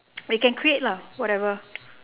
they can create lah whatever